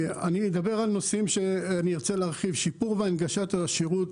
אני אדבר על נושאים שארצה להרחיב: שיפור והנגשת השירות